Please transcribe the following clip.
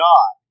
God